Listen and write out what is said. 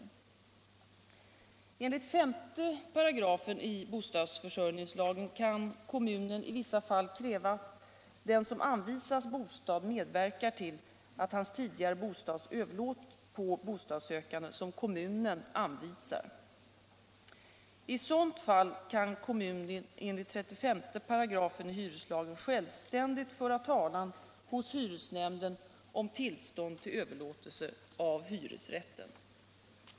Enligt 5 § bostadsförsörjningslagen kan kommunen i vissa fall kräva att den som anvisas bostad medverkar till att hans tidigare bostad överlåts på bostadssökande som kommunen anvisar. I sådant fall kan kommunen enligt 35 § hyreslagen självständigt föra talan hos hyresnämnden om tillstånd till överlåtelse av hyresrätten.